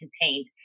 contained